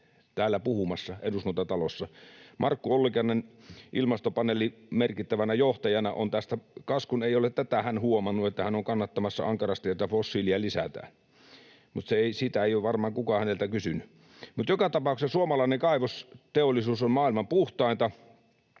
nähdä puhumassa täällä Eduskuntatalossa. Kas, kun Markku Ollikainen ilmastopaneelin merkittävänä johtajana ei ole huomannut, että hän on kannattamassa ankarasti, että fossiilisia lisätään — mutta sitä ei ole varmaan kukaan häneltä kysynyt. Mutta joka tapauksessa suomalainen kaivosteollisuus on maailman puhtainta,